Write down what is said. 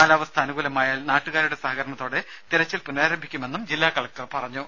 കാലാവസ്ഥ അനുകൂലമായാൽ നാട്ടുകാരുടെ സഹകരണത്തോടെ തെരച്ചിൽ പുനഃരാരംഭിക്കുമെന്ന് ജില്ലാകലക്ടർ പറഞ്ഞു